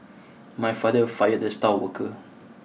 my father fired the star worker